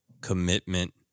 commitment